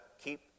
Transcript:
keep